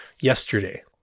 yesterday